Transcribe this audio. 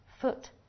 foot